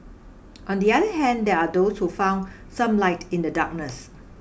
on the other hand there are those who found some light in the darkness